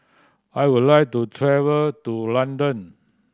I would like to travel to London